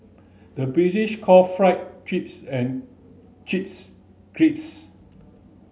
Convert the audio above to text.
the British call fry chips and chips crisps